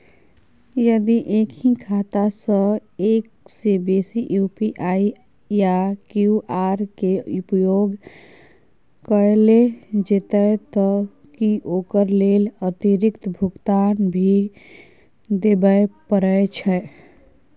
यदि एक ही खाता सं एक से बेसी यु.पी.आई या क्यू.आर के उपयोग कैल जेतै त की ओकर लेल अतिरिक्त भुगतान भी देबै परै छै?